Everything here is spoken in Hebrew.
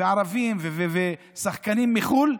ערבים ושחקנים מחו"ל,